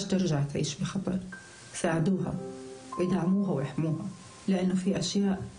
נגענו רק במשרד הרווחה,